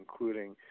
including